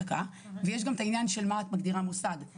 ויש גם עניין של מה את מגדירה מוסד,